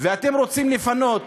ואתם רוצים לפנות.